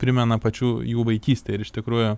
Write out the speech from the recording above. primena pačių jų vaikystė ir iš tikrųjų